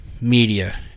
media